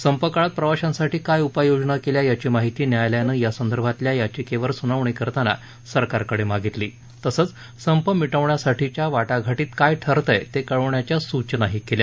संप काळात प्रवाशांसाठी काय उपाय योजना केल्या याची माहिती न्यायालयानं यासंदर्भातल्या याचिकेवर सुनावणी करताना सरकारकडे मागितली तसंच संप मिटवण्यासाठीच्या वाटाघाटीत काय ठरतय ते कळवण्याच्या सूचनाही केल्या